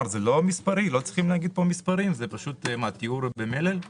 באמת חילקתי לכל חברי הכנסת את